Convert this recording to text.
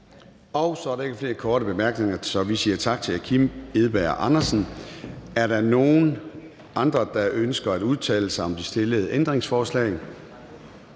Så er der ikke flere korte bemærkninger, så vi siger tak til hr. Kim Edberg Andersen. Er der nogle andre, der ønsker at udtale sig om de stillede ændringsforslag?